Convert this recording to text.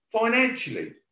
financially